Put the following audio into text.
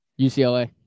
UCLA